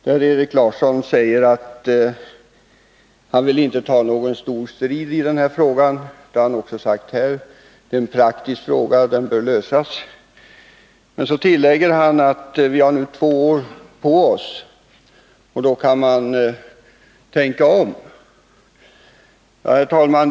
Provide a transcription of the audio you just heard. I en artikel där säger Erik Larsson att han inte vill ta någon stor strid i frågan. Det har han också sagt här. Det är en praktisk fråga som bör lösas, anser Erik Larsson. Men så tillägger han att vi har nu två år på oss, och då kan man tänka om. Herr talman!